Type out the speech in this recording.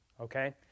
okay